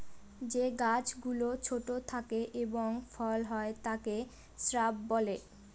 যে গাছ গুলো ছোট থাকে এবং ফল হয় তাকে শ্রাব বলে